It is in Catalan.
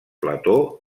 plató